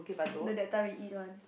the that time we eat one